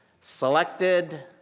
selected